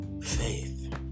faith